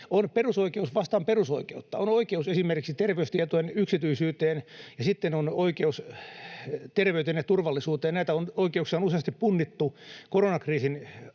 on perusoikeus vastaan perusoikeutta. On oikeus esimerkiksi terveystietojen yksityisyyteen, ja sitten on oikeus terveyteen ja turvallisuuteen. Näitä oikeuksia on useasti punnittu koronakriisin aikana,